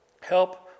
help